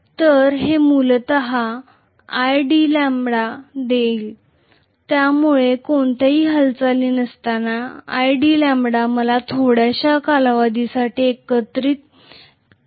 तर हे मला मूलत idλ देईल त्यामुळे कोणत्याही हालचाली नसतानाही idλ मला थोडयाश्या कालावधीसाठी एकत्रित केलेली फील्ड एनर्जी थेट देते